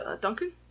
Duncan